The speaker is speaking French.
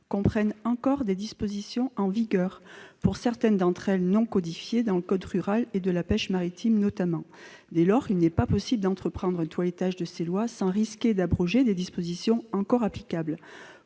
comprennent encore des dispositions en vigueur, dont certaines ne sont pas codifiées dans le code rural et de la pêche maritime. Dès lors, il n'est pas possible d'entreprendre un toilettage de ces lois sans risquer d'abroger des dispositions encore applicables.